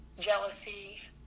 jealousy